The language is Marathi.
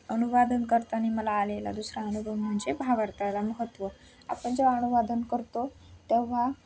अनुवाद करताना मला आलेला दुसरा अनुभव म्हणजे भावार्थाला महत्त्व आपण जेव्हा अनुवाद करतो तेव्हा